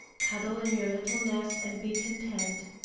cuddle in your little nest and be content.